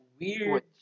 weird